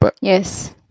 Yes